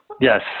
Yes